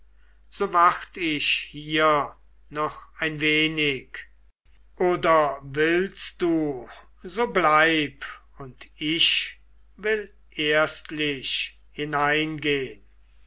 so wart ich hier noch ein wenig oder willst du so bleib und ich will erstlich hinein